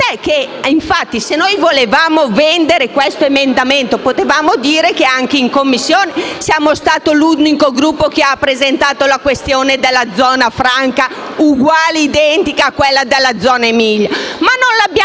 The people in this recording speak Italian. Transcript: se noi volevamo "vendere" questo emendamento potevamo dire che anche in Commissione siamo stati l'unico Gruppo che ha presentato la questione della zona franca, uguale identica a quella della zona franca dell'Emilia. Non l'abbiamo voluto